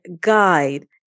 guide